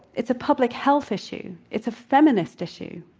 it's a public health issue. it's a feminist issue.